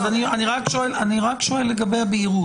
אני שואל לגבי הבהירות.